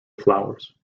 flowers